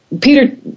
Peter